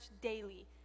daily